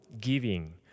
giving